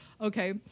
Okay